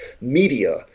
media